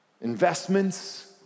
investments